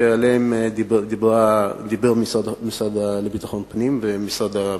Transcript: שעליהם דיברו המשרד לביטחון פנים ומשרד הפנים.